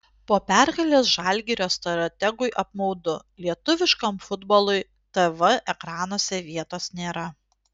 po pergalės žalgirio strategui apmaudu lietuviškam futbolui tv ekranuose vietos nėra